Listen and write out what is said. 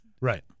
right